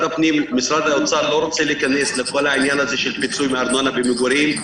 משרד האוצר לא רוצה להיכנס לכל העניין הזה של פיצוי מארנונה למגורים.